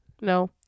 No